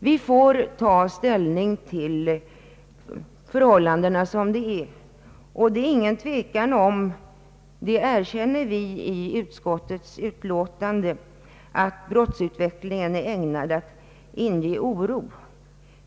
Vi får ta ställning till förhållandena som de är, och det är ingen tvekan om — det erkänner vi i utskottets utlåtande — att brottsutvecklingen är ägnad att inge oro.